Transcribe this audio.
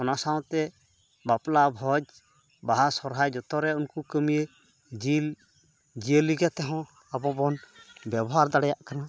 ᱚᱱᱟ ᱥᱟᱶᱛᱮ ᱵᱟᱯᱞᱟ ᱵᱷᱚᱡᱽ ᱵᱟᱦᱟ ᱥᱚᱦᱚᱨᱟᱭ ᱡᱚᱛᱚᱨᱮ ᱩᱱᱠᱚ ᱠᱟᱹᱢᱤᱭᱟᱹ ᱡᱤᱞ ᱡᱤᱭᱟᱹᱞᱤ ᱠᱟᱛᱮᱦᱚᱸ ᱟᱵᱚᱵᱚᱱ ᱵᱮᱵᱚᱦᱟᱨ ᱫᱟᱲᱮᱭᱟᱜ ᱠᱟᱱᱟ